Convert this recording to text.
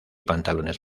pantalones